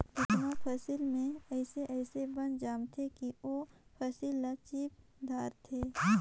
केतनो फसिल में अइसे अइसे बन जामथें कि ओ फसिल ल चीप धारथे